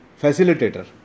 facilitator